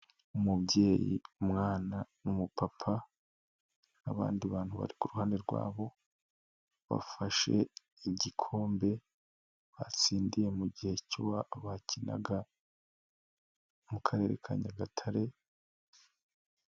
Umubyeyi, umwana n'umupapa, abandi bantu bari ku ruhande rwabo bafashe igikombe batsindiye mu gihe bakinaga mu Karere ka Nyagatare.